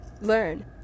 learn